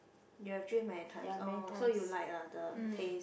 yoh have drink many times oh so you like lah the taste